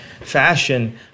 fashion